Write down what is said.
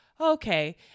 okay